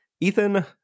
Ethan